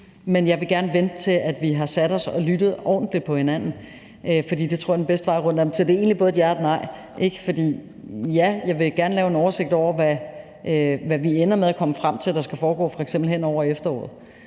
men jeg vil gerne vente, til vi har sat os og lyttet ordentligt til hinanden, for det tror jeg er den bedste vej rundt om det. Så det er egentlig både et ja og et nej, fordi, ja, jeg gerne vil lave en oversigt over, hvad vi ender med at komme frem til der skal foregå, f.eks hen over efteråret,